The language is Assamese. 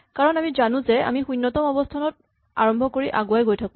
কাৰণ আমি জানো যে আমি শূণ্যতম অৱস্হানত আৰম্ভ কৰি আগুৱাই গৈ থাকো